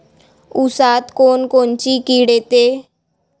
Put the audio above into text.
ऊसात कोनकोनची किड येते?